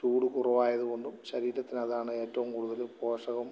ചൂട് കുറവായതുകൊണ്ടും ശരീരത്തിന് അതാണ് ഏറ്റവും കൂടുതൽ പോഷകം